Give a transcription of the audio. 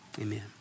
amen